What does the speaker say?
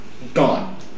gone